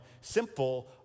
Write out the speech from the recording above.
simple